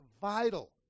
vital